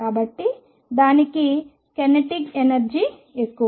కాబట్టి దానికి kinetic energy ఎక్కువ